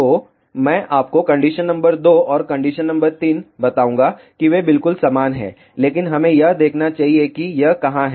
तो मैं आपको कंडीशन नंबर दो और कंडीशन नंबर तीन बताऊंगा कि वे बिल्कुल समान हैं लेकिन हमें यह देखना चाहिए कि यह कहां है